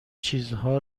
چیزها